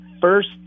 first